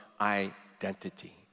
Identity